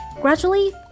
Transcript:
Gradually